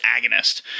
agonist